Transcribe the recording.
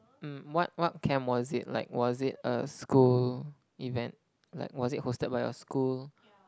um what what camp was it like was it a school event like was it hosted by your school